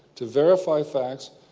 to verify facts,